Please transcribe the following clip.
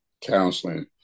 counseling